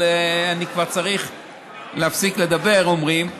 אבל אני כבר צריך להפסיק לדבר, אומרים.